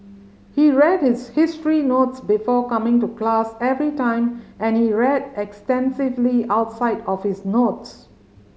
he read his history notes before coming to class every time and he read extensively outside of his notes